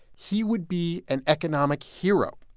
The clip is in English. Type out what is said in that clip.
he would be an economic hero.